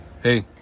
Hey